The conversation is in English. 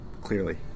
Clearly